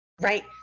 Right